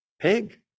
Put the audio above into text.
pig